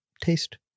taste